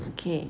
okay